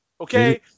Okay